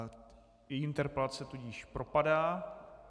Její interpelace tudíž propadá.